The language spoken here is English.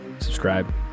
subscribe